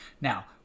Now